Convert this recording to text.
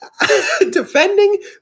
defending